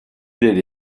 did